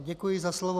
Děkuji za slovo.